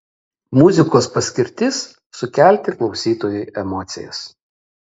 muzikos paskirtis sukelti klausytojui emocijas